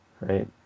right